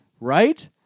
Right